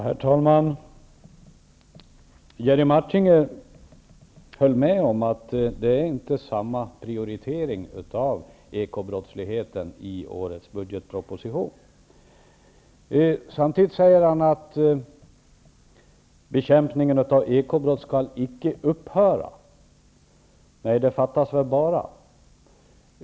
Herr talman! Jerry Martinger höll med om att det inte är samma prioritering av ekobrottsligheten i årets budgetproposition. Samtidigt säger han att bekämpningen av ekobrott icke skall upphöra. Nej, fattas bara.